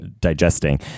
digesting